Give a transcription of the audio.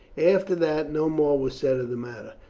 after that no more was said of the matter.